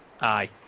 Aye